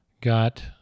got